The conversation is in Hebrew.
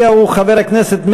חברי הכנסת,